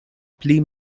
pli